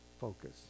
focus